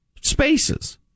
spaces